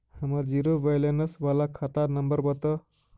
हमर zero balance बाला खाता नम्बर बत?